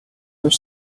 were